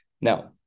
Now